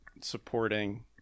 supporting